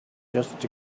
just